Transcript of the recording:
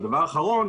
ודבר אחרון,